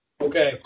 Okay